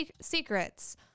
secrets